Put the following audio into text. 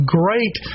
great